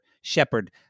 Shepherd